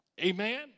amen